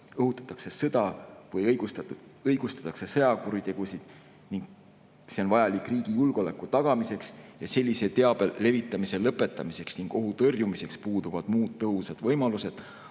õhutatakse sõda või õigustatakse sõjakuritegusid ning kui see on vajalik riigi julgeoleku tagamiseks ja sellise teabe levitamise lõpetamiseks ning ohu tõrjumiseks puuduvad muud tõhusad võimalused,